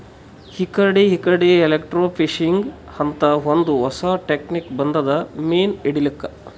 ಇಕಡಿ ಇಕಡಿ ಎಲೆಕ್ರ್ಟೋಫಿಶಿಂಗ್ ಅಂತ್ ಒಂದ್ ಹೊಸಾ ಟೆಕ್ನಿಕ್ ಬಂದದ್ ಮೀನ್ ಹಿಡ್ಲಿಕ್ಕ್